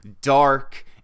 dark